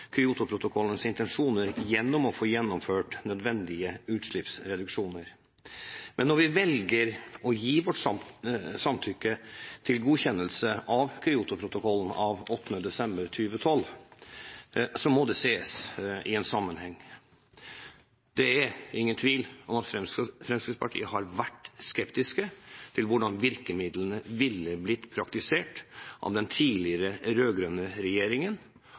Kyotoprotokollens intensjoner om å få gjennomført nødvendige utslippsreduksjoner. Når vi velger å gi vårt samtykke til godkjennelse av endringer av 8. desember 2012 i Kyotoprotokollen, må det ses i en sammenheng. Det er ingen tvil om at Fremskrittspartiet har vært skeptisk til hvordan virkemidlene ville blitt praktisert av den tidligere rød-grønne regjeringen,